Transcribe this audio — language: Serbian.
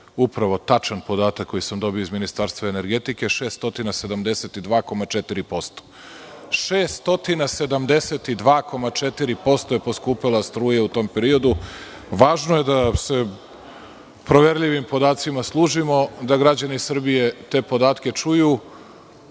upravo tačan podatak koji sam dobio iz Ministarstva energetike, 672,4%. U tom periodu struja je poskupela 672,4%. Važno je da se proverljivim podacima služimo, da građani Srbije te podatke čuju. Što